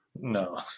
no